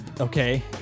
okay